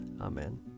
amen